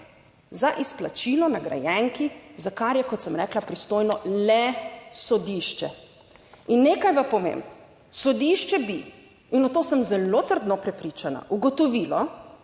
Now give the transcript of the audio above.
za izplačilo nagrajenki, za kar je, kot sem rekla, pristojno le sodišče, in nekaj vam povem, sodišče bi - in v to sem zelo trdno prepričana - ugotovilo,